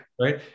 right